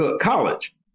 college